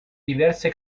diverse